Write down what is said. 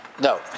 No